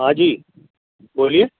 ہاں جی بولیے